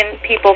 people